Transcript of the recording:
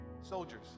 soldiers